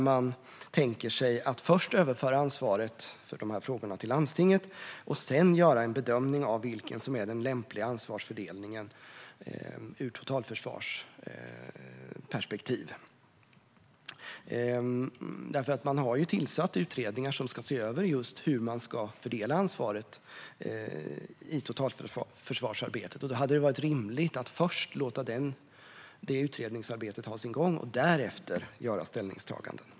Man tänker sig att först överföra ansvaret för dessa frågor till landstinget och sedan göra en bedömning av vilken som är den lämpliga ansvarsfördelningen ur ett totalförsvarsperspektiv. Man har ju tillsatt utredningar som ska se över just hur ansvaret ska fördelas i totalförsvarsarbetet. Då hade det varit rimligt att först låta det utredningsarbetet ha sin gång och därefter göra ställningstaganden.